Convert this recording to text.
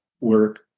work